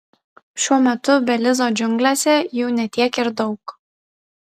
šiuo metu belizo džiunglėse jų ne tiek ir daug